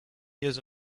years